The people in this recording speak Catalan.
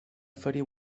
ferir